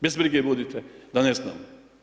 Bez brige budite da ne znamo.